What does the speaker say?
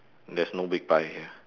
there's no big pie here